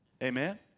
Amen